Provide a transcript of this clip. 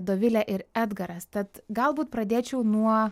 dovilė ir edgaras tad galbūt pradėčiau nuo